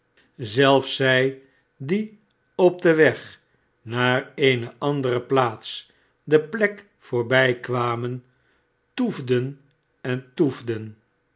zelfs zij die op den weg naar eene andere plaats de plek voorbijkwamen toefden en